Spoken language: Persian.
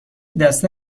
دسته